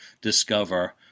discover